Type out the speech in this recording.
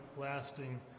lasting